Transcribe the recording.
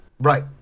Right